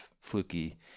Fluky